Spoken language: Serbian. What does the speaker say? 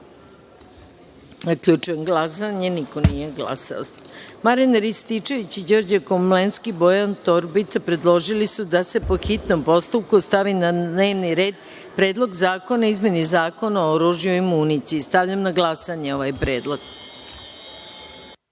predlog. Zaključujem glasanje: niko nije glasao. Marijan Rističević, Đorđe Komlenski i Bojan Torbica predložili su da se, po hitnom postupku, stavi na dnevni red Predlog zakona o izmeni Zakona o oružju i municiji. Stavljam na glasanje ovaj